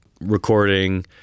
recording